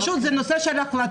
פשוט זה נושא של החלטה.